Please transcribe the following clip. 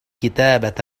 كتابة